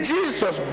Jesus